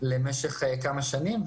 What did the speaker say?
למשך כמה שנים,